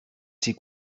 sie